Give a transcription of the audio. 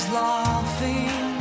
laughing